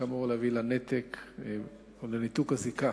כאמור, להביא לניתוק הזיקה